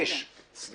אנחנו